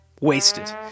Wasted